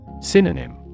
Synonym